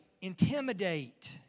intimidate